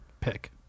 pick